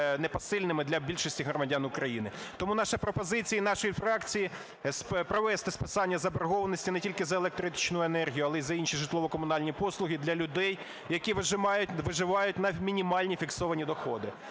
непосильними для більшості громадян України. Тому наші пропозиції, нашої фракції – провести списання заборгованості не тільки за електричну енергію, але й за інші житлово-комунальні послуги для людей, які виживають на мінімальні фіксовані доходи.